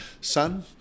son